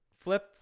Flip